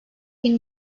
bin